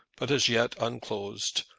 but as yet unclosed,